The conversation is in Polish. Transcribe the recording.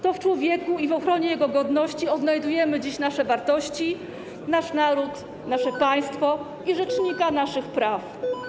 To w człowieku i ochronie jego godności odnajdujemy dziś nasze wartości, nasz naród, nasze państwo i rzecznika naszych praw.